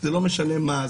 זה לא משנה מה,